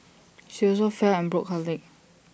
she also fell and broke her leg